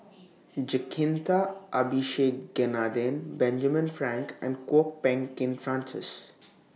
Jacintha Abisheganaden Benjamin Frank and Kwok Peng Kin Francis